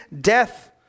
death